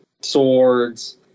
swords